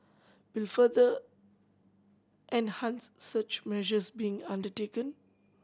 will further enhance such measures being undertaken